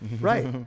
Right